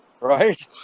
right